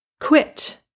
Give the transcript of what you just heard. quit